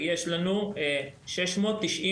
יש שם מספר צעדים בהחלטה,